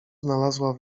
znalazła